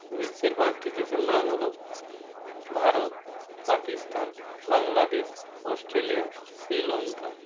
বিশ্বের পাঁচটি দেশের নাম হলো ভারত পাকিস্তান বাংলাদেশ অস্ট্রেলিয়া শ্রীলঙ্কা